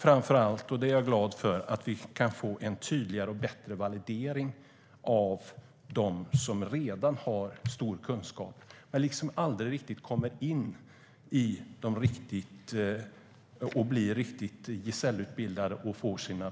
Framför allt är jag glad för att vi kan få en tydligare och bättre validering när det gäller dem som redan har stor kunskap men som aldrig blir riktigt gesällutbildade och får betyg.